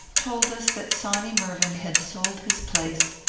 told us that sawny mervyn had sold his place.